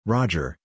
Roger